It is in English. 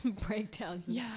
breakdowns